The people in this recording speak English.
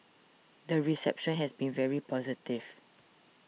the reception has been very positive